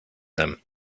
them